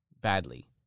badly